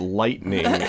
lightning